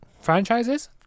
franchises